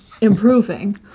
improving